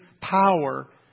power